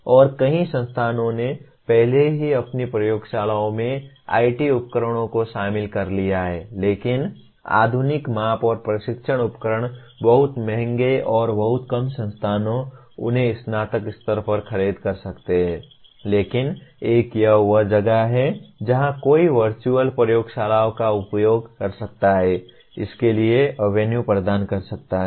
और कई संस्थानों ने पहले ही अपनी प्रयोगशालाओं में IT उपकरणों को शामिल कर लिया है लेकिन आधुनिक माप और परीक्षण उपकरण बहुत महंगे हैं और बहुत कम संस्थान उन्हें स्नातक स्तर पर खरीद सकते हैं लेकिन एक यह वह जगह है जहां कोई वर्चुअल प्रयोगशालाओं का उपयोग कर सकता है इसके लिए एवेन्यू प्रदान कर सकता है